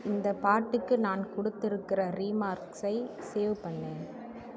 இந்தப் பாட்டுக்கு நான் கொடுத்துருக்குற ரிமார்க்ஸை சேவ் பண்ணு